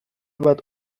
bat